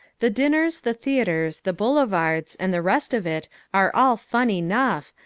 the dinners, the theaters, the boulevards, and the rest of it are all fun enough,